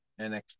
NXT